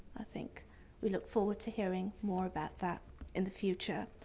i think we look forward to hearing more about that in the future.